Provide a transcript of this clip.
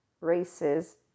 races